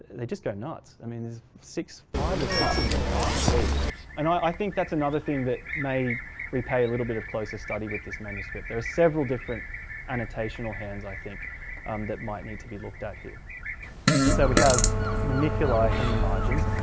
they just go nuts. i mean there's six five or six of them on there at least and i think that's another thing that may repay a little bit of closer study with this manuscript. there are several different annotation or hands i think um that might need to be looked at. here so we have maniculae in the margins.